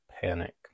panic